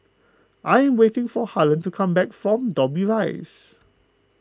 I am waiting for Harlen to come back from Dobbie Rise